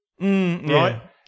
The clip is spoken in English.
Right